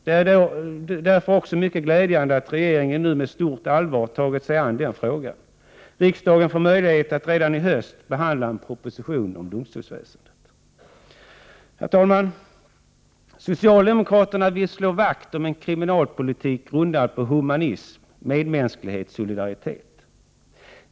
Det är därför också glädjande att regeringen nu med stort allvar tagit sig an den frågan. Riksdagen får möjlighet att redan i höst behandla en proposition om domstolsväsendet. Herr talman! Socialdemokratin vill slå vakt om en kriminalpolitik grundad på humanitet, medmänsklighet och solidaritet.